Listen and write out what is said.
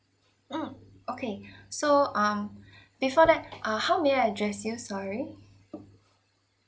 mm okay so um before that uh how may I address you sorry